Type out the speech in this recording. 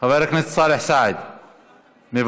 חבר הכנסת סאלח סעד, מוותר,